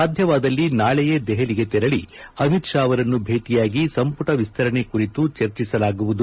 ಸಾಧ್ಯವಾದಲ್ಲಿ ನಾಳೆಯೇ ದೆಹಲಿಗೆ ತೆರಳಿ ಅಮಿತ್ ಶಾ ಅವರನ್ನು ಭೇಟಿಯಾಗಿ ಸಂಪುಟ ವಿಸ್ತರಣೆ ಕುರತು ಚರ್ಚಿಸಲಾಗುವುದು